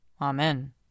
Amen